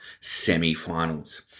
semi-finals